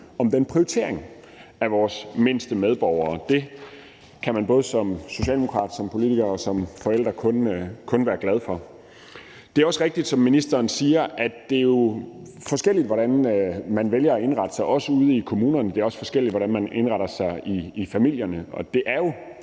om den prioritering af vores mindste medborgere, og det kan man både som socialdemokrat, som politikere og som forældre kun være glade for. Det er også rigtigt, som ministeren siger, at det jo er forskelligt, hvordan man vælger at indrette sig ude i kommunerne, og det er også forskelligt, hvordan man indretter sig i familierne. Det er jo